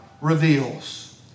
reveals